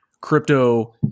crypto